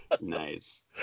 Nice